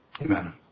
Amen